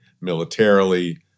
militarily